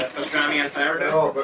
pastrami on sourdough but